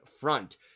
front